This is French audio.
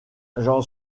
j’en